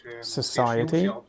society